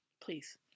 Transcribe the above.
Please